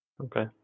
Okay